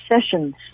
sessions